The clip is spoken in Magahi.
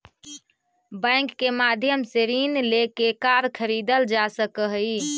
बैंक के माध्यम से ऋण लेके कार खरीदल जा सकऽ हइ